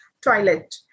toilet